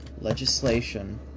legislation